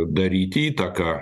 daryti įtaką